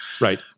right